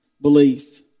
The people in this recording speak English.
belief